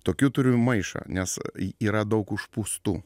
tokių turiu maišą nes yra daug užpūstų